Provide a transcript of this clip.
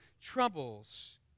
troubles